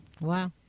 Wow